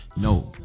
No